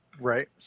Right